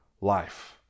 life